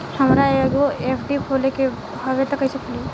हमरा एगो एफ.डी खोले के हवे त कैसे खुली?